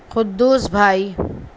قدوس بھائی